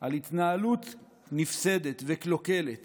על התנהלות נפסדת וקלוקלת